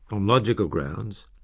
um logical grounds,